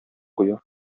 куя